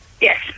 Yes